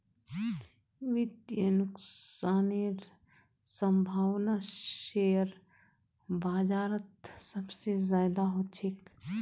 वित्तीय नुकसानेर सम्भावना शेयर बाजारत सबसे ज्यादा ह छेक